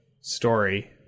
story